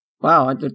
Wow